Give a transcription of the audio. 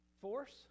Force